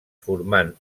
formant